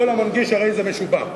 כל המנגיש הרי זה משובח.